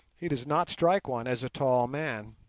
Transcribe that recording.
he does not strike one as a tall man.